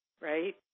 right